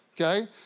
okay